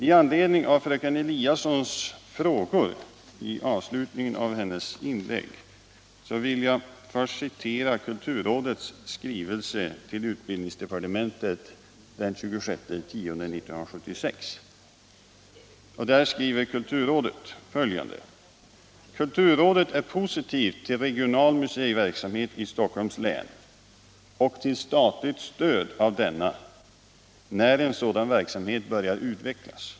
I anledning av fröken Eliassons frågor i avslutningen av hennes inlägg vill jag först citera kulturrådets skrivelse till utbildningsdepartementet den 26 oktober 1976, 113 där kulturrådet skriver följande: ”Kulturrådet är positivt till regional museiverksamhet i Stockholms län och till statligt stöd av denna när en sådan verksamhet börjar utvecklas.